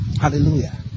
Hallelujah